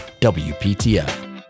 WPTF